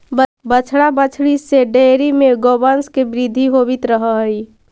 बछड़ा बछड़ी से डेयरी में गौवंश के वृद्धि होवित रह हइ